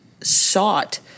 sought